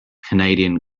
canadian